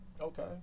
Okay